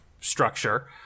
structure